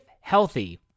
healthy